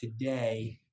today